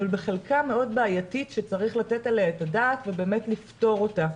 אבל בחלקה מאוד בעייתית שצריך לתת עליה את הדעת ובאמת לפתור אותה,